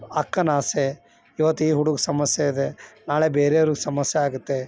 ಅಕ್ಕನ ಆಸೆ ಇವತ್ತು ಈ ಹುಡುಗಗೆ ಸಮಸ್ಯೆ ಇದೆ ನಾಳೆ ಬೇರೆಯವ್ರಿಗೆ ಸಮಸ್ಯೆ ಆಗುತ್ತೆ